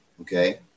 Okay